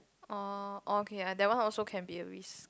orh okay that one also can be a risk